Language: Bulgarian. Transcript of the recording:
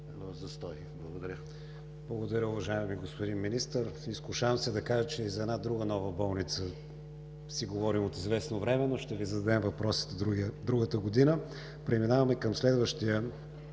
Благодаря, уважаеми господин Министър – изкушавам се да кажа, че и за една друга нова болница си говорим от известно време, но ще Ви зададем въпросите другата година. Преминаваме към следващия